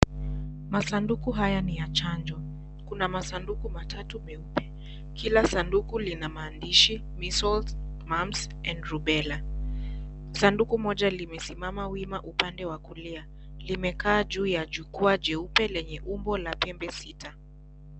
Masanduku haya ni ya chanjo. Kuna masunduku matatu meupe. Kila sanduku lina maandishi [cs) measles, mumps and rubela . Sanduku moja limesimama wima upande wa kulia. Limekaa juu ya jukuwa jeupe lenye umbo la pembe sita.